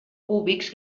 cúbics